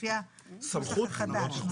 לפי הנוסח החדש.